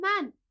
man